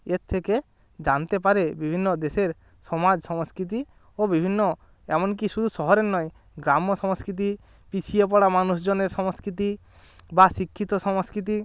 এর থেকে জানতে পারে বিভিন্ন দেশের সমাজ সংস্কৃতি ও বিভিন্ন এমন কী শুধু শহরের নয় গ্রাম্য সংস্কৃতি পিছিয়ে পড়া মানুষজনের সংস্কৃতি বা শিক্ষিত সংস্কৃতি